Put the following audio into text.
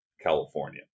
California